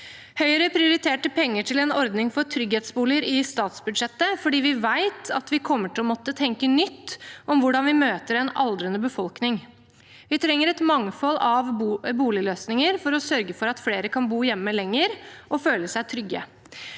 Høyre prioriterte penger til en ordning for trygghetsboliger i statsbudsjettet fordi vi vet at vi kommer til å måtte tenke nytt om hvordan vi møter en aldrende befolkning. Vi trenger et mangfold av boligløsninger for å sørge for at flere kan bo hjemme lenger og føle seg trygge.